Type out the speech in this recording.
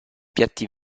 piatti